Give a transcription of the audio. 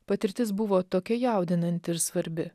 patirtis buvo tokia jaudinanti ir svarbi